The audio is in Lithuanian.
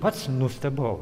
pats nustebau